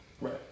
Right